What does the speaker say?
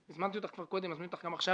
הזמנתי אותך קודם ואני מזמין אותך עכשיו.